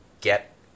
get